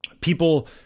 People